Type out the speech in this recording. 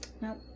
Nope